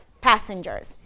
passengers